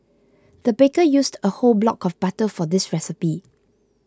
the baker used a whole block of butter for this recipe